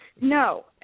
No